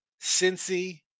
Cincy